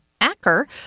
Acker